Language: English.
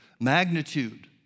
magnitude